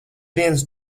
viens